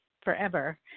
forever